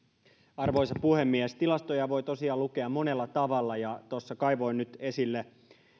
arvoisa puhemies tilastoja voi tosiaan lukea monella tavalla ja kaivoin nyt esille